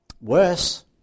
Worse